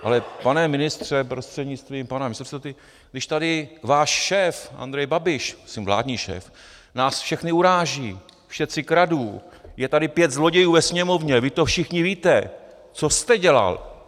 Ale pane ministře prostřednictvím pana předsedy, když tady váš šéf Andrej Babiš, myslím vládní šéf, nás všechny uráží, všetci kradnú, je tady pět zlodějů ve Sněmovně, vy to všichni víte, co jste dělal?